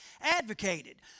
advocated